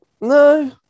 No